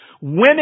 Women